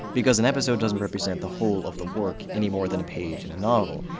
because an episode doesn't represent the whole of the work any more than a page in a novel.